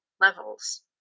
levels